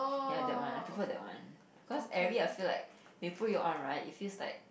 ya that one I prefer that one cause Airy I feel like when you put it on right it feels like